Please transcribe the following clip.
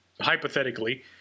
hypothetically –